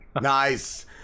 nice